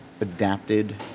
adapted